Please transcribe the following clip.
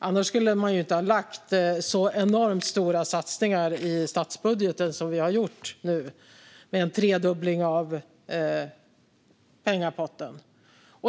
Annars skulle man inte ha lagt så enormt stora satsningar i statsbudgeten som man nu har gjort med en tredubbling av pengapotten.